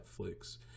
netflix